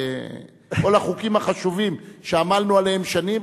כל החוקים החשובים שעמלנו עליהם שנים,